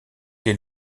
des